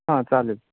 हां चालेल